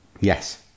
Yes